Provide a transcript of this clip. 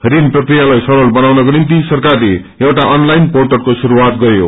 ऋण प्रकियालाई सरल बनाउनको निम्ति सरकारले एउटा अनलाइन पोर्टलको श्रुस्आत गरयो